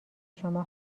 شما